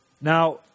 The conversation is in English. Now